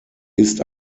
ist